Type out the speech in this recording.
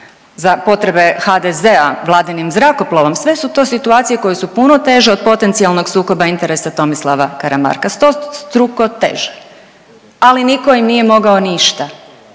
za potrebe HDZ-a vladinim zrakoplovom sve su to situacije koje su puno teže od potencijalnog sukoba interesa Tomislava Karamarka, stostruko teže, ali nitko im nije mogao ništa